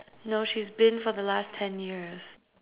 no she's been for the last ten years